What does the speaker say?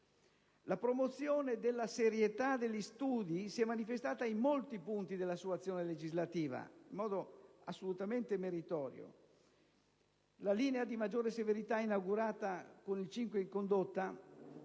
La promozione della serietà degli studi si è manifestata in molti punti della sua azione legislativa in modo assolutamente meritorio. La linea di maggiore severità inaugurata col 5 in condotta